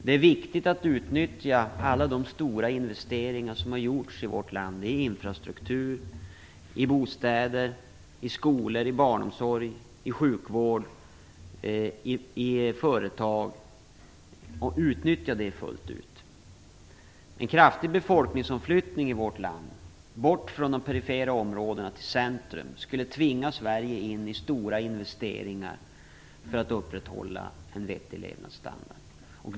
Det är viktigt att utnyttja alla de stora investeringar som har gjorts i infrastruktur, i bostäder, i skolor, i barnomsorg, i sjukvård och i företag, och utnyttja dem fullt ut. En kraftig befolkningsomflyttning i vårt land, bort från de perifera områdena till de centrala, skulle tvinga Sverige in i stora investeringar för att upprätthålla en vettig levnadsstandard.